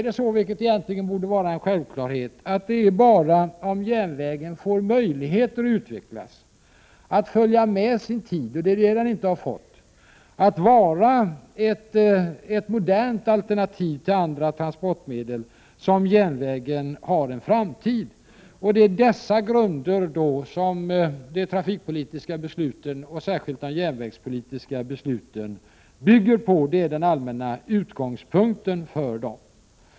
Det borde egentligen vara en självklarhet att det bara är om järnvägen får möjligheter att utvecklas — vilket den inte har fått —, att följa med sin tid, att vara ett modernt alternativ till andra transportmedel, som järnvägen har en framtid. Det är dessa grunder som de trafikpolitiska besluten, och särskilt de järnvägspolitiska besluten, bygger på. Det är den allmänna utgångspunkten för dem.